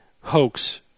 hoax